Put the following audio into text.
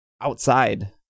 outside